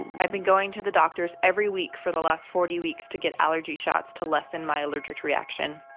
i've been going to the doctors every week for the last forty weeks to get allergy shots to lessen my allergic reaction.